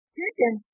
Chicken